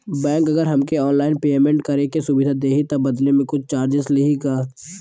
Bank अगर हमके online payment करे के सुविधा देही त बदले में कुछ चार्जेस लेही का?